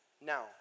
Now